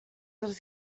dels